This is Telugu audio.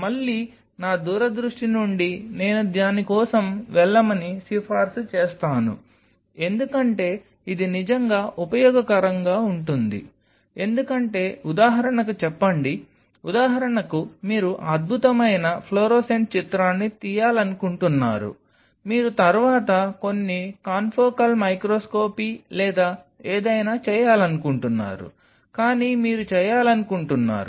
మళ్ళీ నా దూరదృష్టి నుండి నేను దాని కోసం వెళ్ళమని సిఫారసు చేస్తాను ఎందుకంటే ఇది నిజంగా ఉపయోగకరంగా ఉంటుంది ఎందుకంటే ఉదాహరణకు చెప్పండి ఉదాహరణకు మీరు అద్భుతమైన ఫ్లోరోసెంట్ చిత్రాన్ని తీయాలనుకుంటున్నారు మీరు తర్వాత కొన్ని కాన్ఫోకల్ మైక్రోస్కోపీ లేదా ఏదైనా చేయాలనుకుంటున్నారు కానీ మీరు చేయాలనుకుంటున్నారు